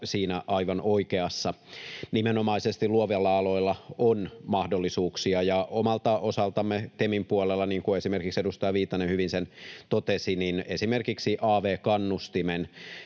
siinä aivan oikeassa. Nimenomaisesti luovilla aloilla on mahdollisuuksia. Omalta osaltamme TEMin puolella, niin kuin esimerkiksi edustaja Viitanen hyvin sen totesi, esimerkiksi av-kannustimen